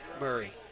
Murray